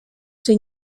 czy